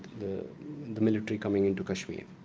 and military coming into kashmir.